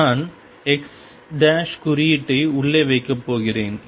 நான் x குறியீட்டை உள்ளே வைக்கப் போகிறேன்